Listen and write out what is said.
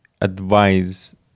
advise